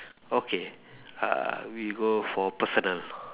okay uh we go for personal